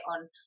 on